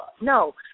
No